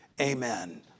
Amen